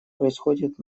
происходит